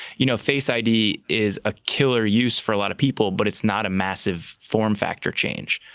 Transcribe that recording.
you know face id is a killer use for a lot of people, but it's not a massive form factor change.